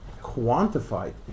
quantified